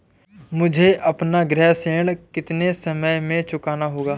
मुझे अपना गृह ऋण कितने समय में चुकाना होगा?